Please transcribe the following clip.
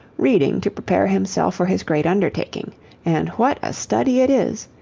reading to prepare himself for his great undertaking and what a study it is!